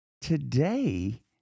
Today